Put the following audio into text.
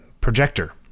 projector